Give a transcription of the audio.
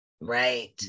right